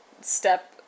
step